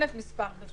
מספר כזה, זה